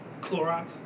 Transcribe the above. Clorox